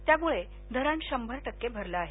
त्यामुळे धरण शंभर टक्के भरले आहे